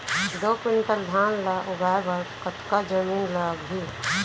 दो क्विंटल धान ला उगाए बर कतका जमीन लागही?